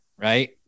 right